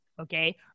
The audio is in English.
Okay